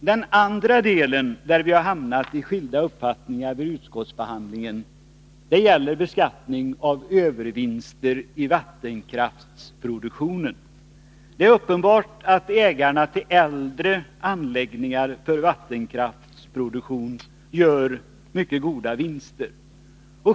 Den andra delen där vi har hamnat i skilda uppfattningar vid utskottsbehandlingen gäller beskattning av övervinster vid produktion i vattenkraftverk. Det är uppenbart att ägarna till äldre anläggningar för vattenkraftsproduktion gör mycket goda vinster.